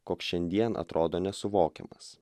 koks šiandien atrodo nesuvokiamas